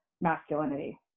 masculinity